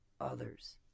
others